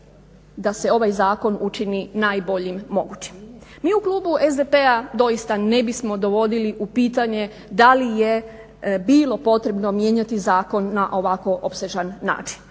da se ovaj zakon učini najboljim mogućim. Mi u klubu SDP-a doista ne bismo dovodili u pitanje da li je bilo potrebno mijenjati zakon na ovako opsežan način.